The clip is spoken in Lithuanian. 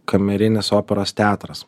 kamerinis operos teatras